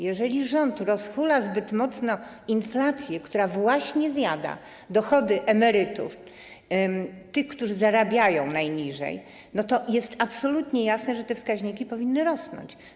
Jeżeli rząd rozhula zbyt mocno inflację, która właśnie zjada dochody emerytów, tych, którzy zarabiają najmniej, to jest absolutnie jasne, że te wskaźniki powinny rosnąć.